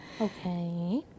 Okay